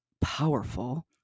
powerful